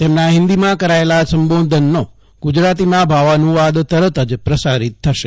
તેમના હિન્દીમાં કરાયેલા સંબોધનનો ગુજરાતીમાં ભાવાનુ વાદ તરત જ પ્રસારિત થશે